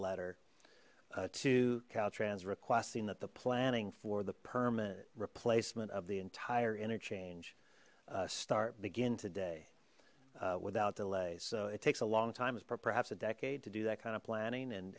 letter to caltrans requesting that the planning for the permanent replacement of the entire interchange start begin today without delay so it takes a long time as perhaps a decade to do that kind of planning and